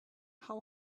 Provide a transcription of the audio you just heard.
how